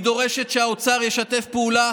היא דורשת שהאוצר ישתף פעולה,